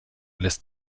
lässt